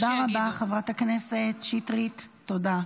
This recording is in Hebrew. תודה רבה, חברת הכנסת שטרית, תודה.